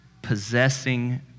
possessing